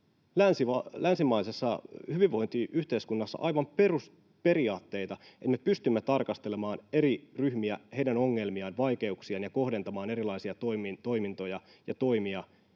länsimaisessa hyvinvointiyhteiskunnassa aivan perusperiaatteita, että me pystymme tarkastelemaan eri ryhmiä ja heidän ongelmiaan ja vaikeuksiaan ja kohdentamaan erilaisia toimintoja ja toimia